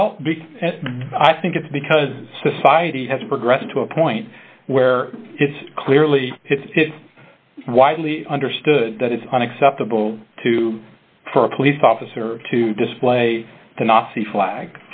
well i think it's because society has progressed to a point where it's clearly widely understood that it's unacceptable to for a police officer to display